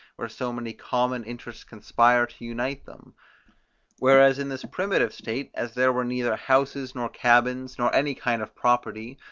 where so many common interests conspire to unite them whereas in this primitive state, as there were neither houses nor cabins, nor any kind of property,